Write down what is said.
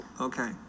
Okay